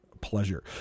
Pleasure